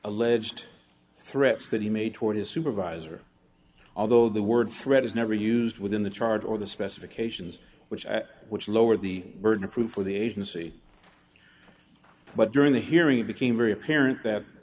alleged threats that he made toward his supervisor although the word threat is never used within the charge or the specifications which at which lower the burden of proof for the agency but during the hearing became very apparent that